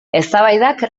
eztabaidak